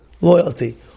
Loyalty